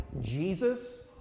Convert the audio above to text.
Jesus